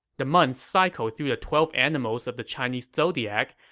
the months cycle through the twelve animals of the chinese zodiac,